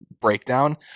breakdown